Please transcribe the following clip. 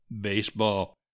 baseball